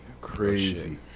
crazy